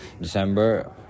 December